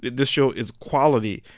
this show is quality.